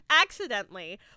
Accidentally